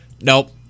Nope